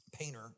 Painter